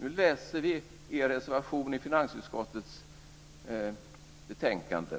Nu läser vi er reservation i finansutskottets betänkande.